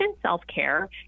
self-care